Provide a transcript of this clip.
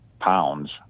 pounds